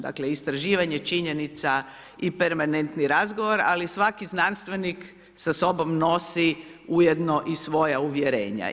Dakle, istraživanje činjenica i permanentni razgovor, ali svaki znanstvenik sa sobom nosi ujedno i svoja uvjerenja.